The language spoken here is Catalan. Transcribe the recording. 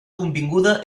convinguda